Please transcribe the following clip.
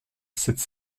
cette